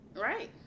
Right